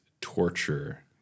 torture